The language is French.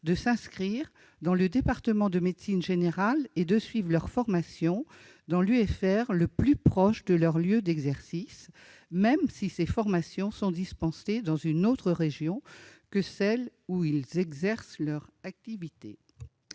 de s'inscrire dans le département de médecine générale et de suivre leur formation dans l'UFR le plus proche de leur lieu d'exercice, même si ces formations sont dispensées dans une autre région que celle où ils exercent leur activité.